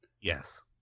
Yes